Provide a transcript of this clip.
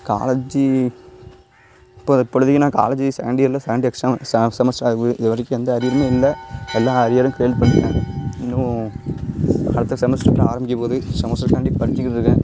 college இப்போ இப்பொழுதிக்கு நான் காலேஜு செகண்ட் இயரில் செகண்ட் எக்ஸாம் செ செமஸ்டர் இது வரைக்கும் எந்த அரியருமே இல்லை எல்லா அரியரும் க்ளியர் பண்ணிவிட்டேன் இன்னும் அடுத்த செமஸ்டரெலாம் ஆரம்பிக்க போது செமஸ்டர்க்காண்டி படிச்சிக்கிட்ருக்கேன்